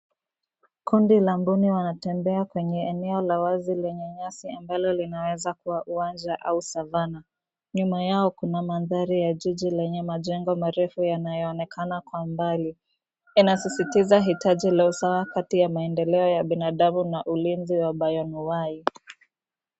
Kundi la mbuni wanatembea kwenye eneo la wazi lenye nyasi ambalo linaweza kuwa uwanja au savana. Nyuma yao kuna mandhari ya jiji lenye majengo marefu yanayoonekana kwa mbali. Inasisitiza hitaji la usawa kati ya maendeleo ya binadamu na ulilizi wa bayoanuwai.